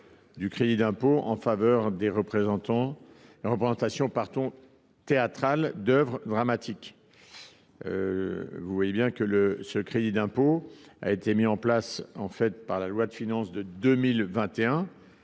du crédit d’impôt en faveur des représentations théâtrales d’œuvres dramatiques, ou crédit d’impôt théâtre. Ce crédit d’impôt a été mis en place par la loi de finances pour 2021,